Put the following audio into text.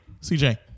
CJ